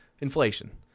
Inflation